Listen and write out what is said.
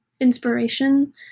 inspiration